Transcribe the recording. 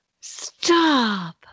Stop